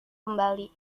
kembali